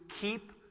keep